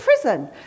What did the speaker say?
prison